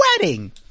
wedding